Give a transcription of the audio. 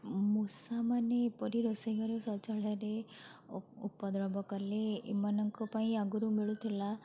ମୂଷା ମାନେ ଏପରି ରୋଷେଇ ଘରେ ସଜଳରେ ଉପଦ୍ରବ କଲେ ଏମାନଙ୍କ ପାଇଁ ଆଗରୁ ମିଳୁଥିଲା